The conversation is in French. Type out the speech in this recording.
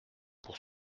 pour